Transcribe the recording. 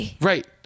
right